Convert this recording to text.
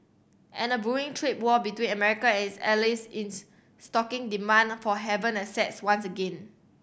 and a brewing trade war between America and its allies stoking demand for haven assets once again